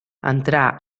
entrà